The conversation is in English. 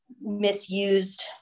misused